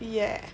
ya